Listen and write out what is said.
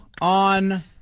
on